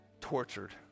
tortured